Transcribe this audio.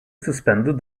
suspended